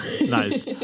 Nice